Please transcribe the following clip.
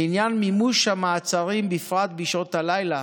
לעניין מימוש המעצרים בפרט בשעות הלילה,